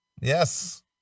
Yes